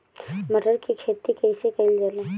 मटर के खेती कइसे कइल जाला?